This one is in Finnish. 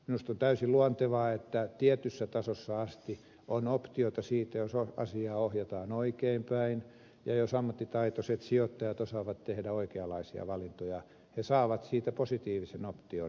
minusta on täysin luontevaa että tietyssä tasossa asti on optiota siitä jos ratkaisuja ohjataan oikein päin ja jos ammattitaitoiset sijoittajat osaavat tehdä oikeanlaisia valintoja niin he saavat siitä positiivisen option